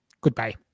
Goodbye